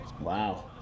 Wow